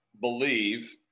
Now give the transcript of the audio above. believe